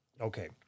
Okay